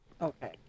Okay